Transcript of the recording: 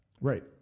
Right